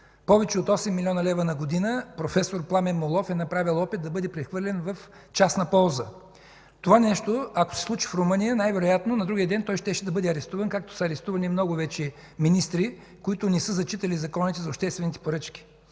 Повече от 8 милиона лева на година е направил опит проф. Пламен Моллов да бъде прехвърлен в частна полза. Това нещо, ако се случи в Румъния, най-вероятно на другия ден той щеше да бъде арестуван, както са арестувани много министри вече, които не са зачитали законите за обществените поръчки.